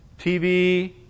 TV